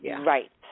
Right